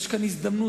יש כאן הזדמנות,